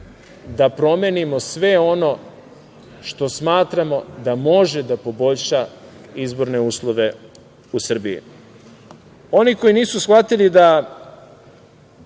da promenimo sve ono što smatramo da može da poboljša izborne uslove u Srbiji. Oni koji nisu shvatili da